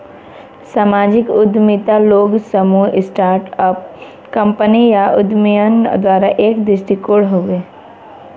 सामाजिक उद्यमिता लोग, समूह, स्टार्ट अप कंपनी या उद्यमियन द्वारा एक दृष्टिकोण हउवे